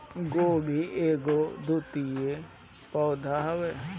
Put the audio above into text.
गोभी एगो द्विवर्षी पौधा हवे